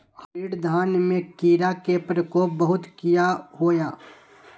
Hybrid धान में कीरा के प्रकोप बहुत किया होया?